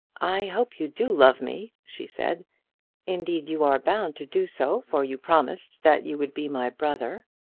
i hope you do love me, she said indeed, you are bound to do so, for you promised that you would be my brother.